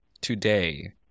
today